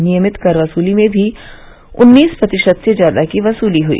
नियमित कर वसूली में भी उन्नीस प्रतिशत से ज्यादा की वसूली हुई